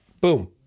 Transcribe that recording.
Boom